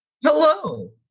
Hello